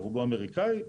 ברובו אמריקאי,